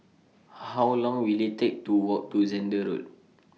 How Long Will IT Take to Walk to Zehnder Road